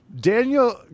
Daniel